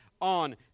on